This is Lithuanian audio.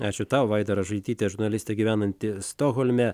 ačiū tau vaida ražaitytė žurnalistė gyvenanti stokholme